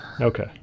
Okay